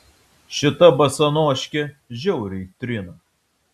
šita basanoškė žiauriai trina